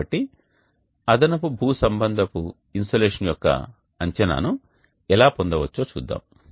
కాబట్టి అదనపు భూ సంబంధపు ఇన్సోలేషన్ యొక్క అంచనాను ఎలా పొందవచ్చో చూద్దాం